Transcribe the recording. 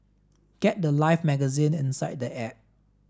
get the life magazine inside the app